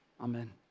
Amen